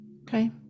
okay